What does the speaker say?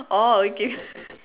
orh okay